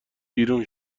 بیرون